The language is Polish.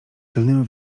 tylnym